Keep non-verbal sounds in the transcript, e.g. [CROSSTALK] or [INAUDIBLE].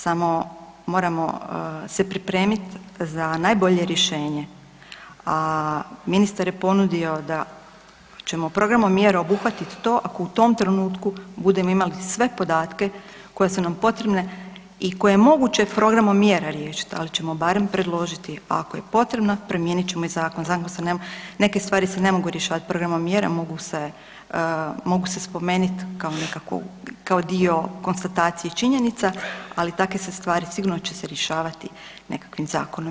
Samo, moramo se pripremiti za najbolje rješenje, a ministar je ponudio da ćemo programom mjera obuhvatiti to, ako u tom trenutku budemo imali sve podatke koje su nam potrebe i koje je moguće programom mjera riješiti, ali ćemo barem predložiti, a ako je potrebno, promijeniti ćemo i zakon. ... [UNINTELLIGIBLE] neke stvari se ne mogu rješavati programom mjera, mogu se spomenit kao nekakvu, kao dio konstatacije i činjenica, ali takve se stvari, sigurno će se rješavati nekakvim zakonom.